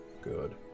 Good